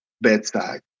bedside